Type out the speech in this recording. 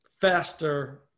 faster